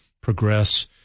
progress